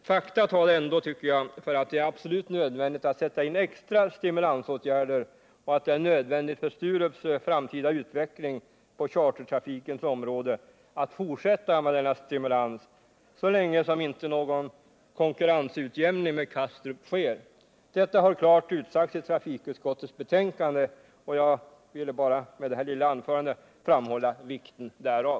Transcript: Fakta talar ändå för att det är absolut nödvändigt att sätta in extra stimulansåtgärder och att det är nödvändigt för Sturups framtida utveckling på chartertrafikens område att fortsätta med denna stimulans så länge någon konkurrensutjämning med Kastrup inte sker. Detta har klart utsagts i trafikutskottets betänkande, och jag ville med detta lilla anförande bara framhålla vikten därav.